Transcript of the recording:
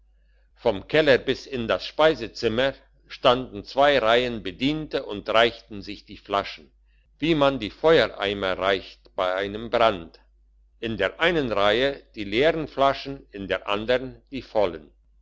vom keller bis in das speiszimmer standen zwei reihen bediente und reichten sich die flaschen wie man die feuereimer reicht bei einem brand in der einen reihe die leeren flaschen in der andern die vollen